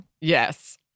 Yes